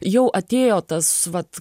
jau atėjo tas vat